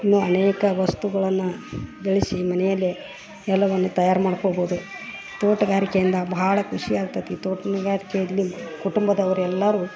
ಇನ್ನು ಅನೇಕ ವಸ್ತುಗಳನ್ನ ಬೆಳಸಿ ಮನೆಯಲ್ಲೆ ಎಲ್ಲವನ್ನು ತಯಾರು ಮಾಡ್ಕೋಬೋದು ತೋಟಗಾರಿಕೆಯಿಂದ ಬಹಳ ಖುಷಿ ಆಗ್ತತಿ ತೋಟಗಾರಿಕೆಯಲ್ಲಿ ಕುಟುಂಬದವ್ರು ಎಲ್ಲಾರು